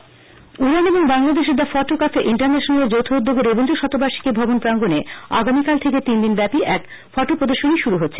photo প্রদর্শনী উডান এবং বাংলাদেশের দি ফটো কাফে ইন্টারন্যাশনাল এর যৌথ উদ্যোগে রবীন্দ্র শতবার্ষিকী ভবন প্রাঙ্গনে আগামীকাল থেকে তিনদিনব্যাপী এক ফটো প্রদর্শনী শুরু হচ্ছে